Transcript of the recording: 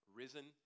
risen